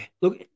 look